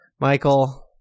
Michael